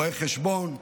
רואי חשבון,